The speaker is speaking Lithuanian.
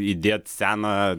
įdėt seną